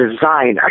designer